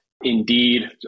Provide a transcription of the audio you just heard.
Indeed